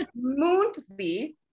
monthly